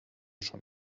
schon